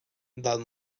del